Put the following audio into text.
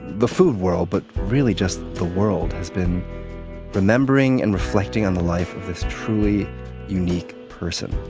the food world, but really just the world has been remembering and reflecting on the life of this truly unique person.